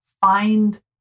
find